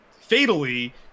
fatally